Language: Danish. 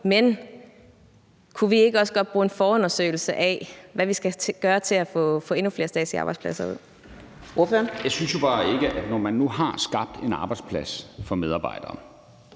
men kunne vi ikke også godt bruge en forundersøgelse af, hvad vi skal gøre for at få endnu flere statslige arbejdspladser ud?